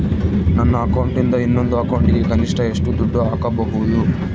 ನನ್ನ ಅಕೌಂಟಿಂದ ಇನ್ನೊಂದು ಅಕೌಂಟಿಗೆ ಕನಿಷ್ಟ ಎಷ್ಟು ದುಡ್ಡು ಹಾಕಬಹುದು?